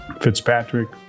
Fitzpatrick